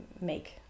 make